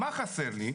מה חסר לי?